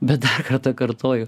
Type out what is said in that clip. bet kartą kartoju